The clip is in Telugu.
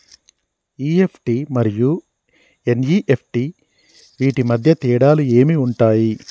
ఇ.ఎఫ్.టి మరియు ఎన్.ఇ.ఎఫ్.టి వీటి మధ్య తేడాలు ఏమి ఉంటాయి?